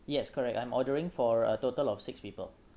yes correct I'm ordering for a total of six people